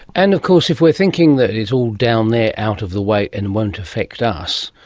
and of course if we're thinking that it's all down there out of the way and won't affect us,